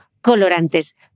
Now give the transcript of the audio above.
colorantes